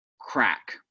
crack